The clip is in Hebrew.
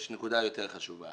יש נקודה יותר חשובה